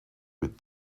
would